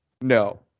no